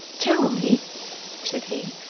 tell me said he,